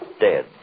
dead